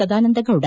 Sadananda Gowda